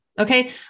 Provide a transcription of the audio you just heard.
okay